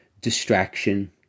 distraction